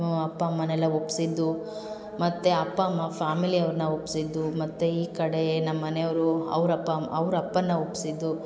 ಅಪ್ಪ ಅಮ್ಮನ್ನೆಲ್ಲ ಒಪ್ಪಿಸಿದ್ದು ಮತ್ತು ಅಪ್ಪ ಅಮ್ಮ ಫ್ಯಾಮಿಲಿಯವ್ರ್ನ ಒಪ್ಪಿಸಿದ್ದು ಮತ್ತು ಈ ಕಡೆ ನಮ್ಮ ಮನೆಯವರು ಅವ್ರ ಅಪ್ಪ ಅಮ್ ಅವ್ರ ಅಪ್ಪನ್ನ ಒಪ್ಪಿಸಿದ್ದು